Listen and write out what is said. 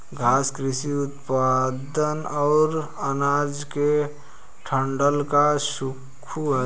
घास कृषि उपोत्पाद है और अनाज के डंठल का शंकु है